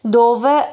dove